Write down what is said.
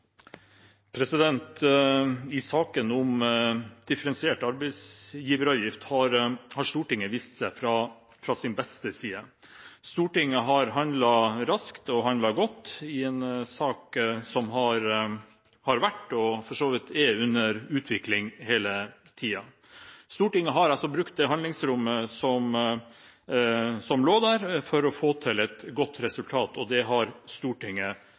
I saken om differensiert arbeidsgiveravgift har Stortinget vist seg fra sin beste side. Stortinget har handlet raskt, og handlet godt, i en sak som har vært – og for så vidt er – under utvikling hele tiden. Stortinget har altså brukt det handlingsrommet som lå der, for å få til et godt resultat, og det har Stortinget